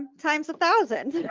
times a thousand